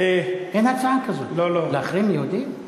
אין הצעה כזאת, להחרים יהודים?